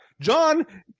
John